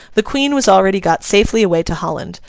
the queen was already got safely away to holland,